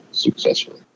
successfully